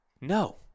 No